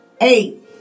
Eight